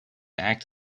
act